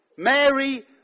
Mary